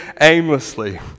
aimlessly